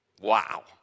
Wow